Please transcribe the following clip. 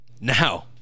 Now